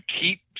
keep